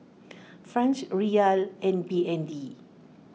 Franc Riyal and B N D